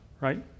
right